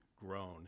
grown